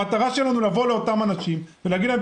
המטרה שלנו היא לבוא לאותם אנשים ולומר להם: